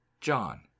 john